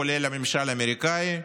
כולל הממשל האמריקאי,